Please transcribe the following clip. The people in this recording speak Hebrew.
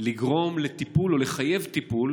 לגרום טיפול או לחייב טיפול